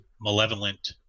malevolent